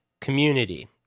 community